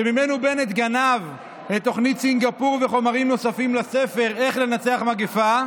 שממנו בנט גנב את תוכנית סינגפור וחומרים נוספים לספר "איך לנצח מגפה".